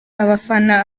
abafana